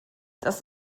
das